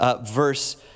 verse